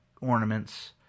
ornaments